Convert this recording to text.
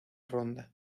ronda